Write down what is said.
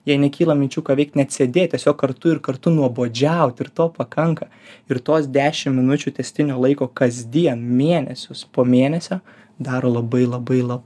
jei nekyla minčių ką veikt net sėdėt tiesiog kartu ir kartu nuobodžiaut ir to pakanka ir tos dešim minučių tęstinio laiko kasdien mėnesius po mėnesio daro labai labai la